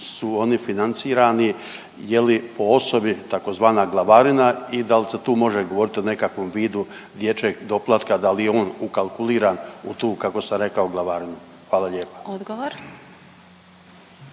su oni financirani, je li po osobi, tzv. glavarina i da li se tu može govoriti o nekakvom vidu dječjeg doplatka, da li je on ukalkuliran u tu, kako sam rekao glavarinu. Hvala lijepa.